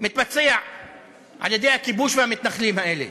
מתבצע על-ידי הכיבוש והמתנחלים האלה.